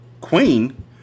Queen